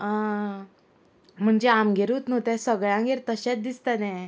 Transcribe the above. आं म्हणजे आमगेरूच न्हू ते सगळ्यांगेर तशेंच दिसताले